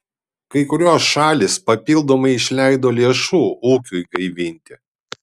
kai kurios šalys papildomai išleido lėšų ūkiui gaivinti